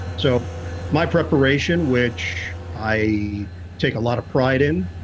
so my preparation, which i take a lot of pride in,